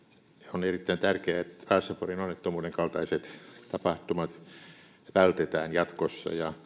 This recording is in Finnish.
on erittäin tärkeää että raaseporin onnettomuuden kaltaiset tapahtumat vältetään jatkossa